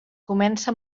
comença